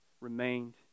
remained